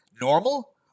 Normal